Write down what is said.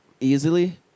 easily